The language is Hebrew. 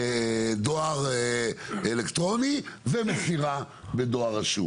דואר אלקטרוני ודואר רשום.